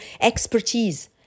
expertise